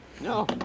No